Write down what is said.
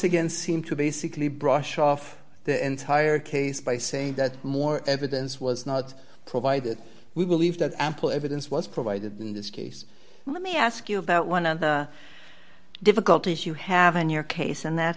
again seem to basically brush off the entire case by saying that more evidence was not provided we believe that ample evidence was provided in this case let me ask you about one of the difficulties you have in your case and that